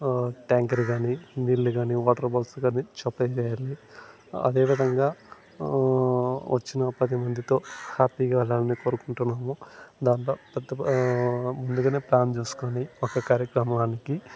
tanker కానీ నీళ్లు కానీ వాటర్ బాటిల్స్ కానీ సప్లై చెయ్యాలి అదే విధంగా వచ్చిన పది మందితో హ్యాపీగా వెళ్లాలని కోరుకుంటున్నాము దాంట్లో పెద్ద ముందుగానే ప్ల్యాన్ చేసుకొని ఒక కార్యక్రమానికి